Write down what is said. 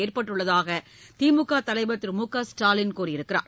ஏற்பட்டுள்ளதாக திமுக தலைவர் திரு மு க ஸ்டாலின் கூறியிருக்கிறார்